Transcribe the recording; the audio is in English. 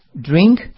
drink